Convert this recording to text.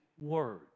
word